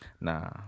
Nah